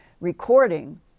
recording